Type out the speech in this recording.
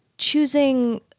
Choosing